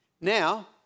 Now